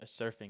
surfing